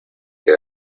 que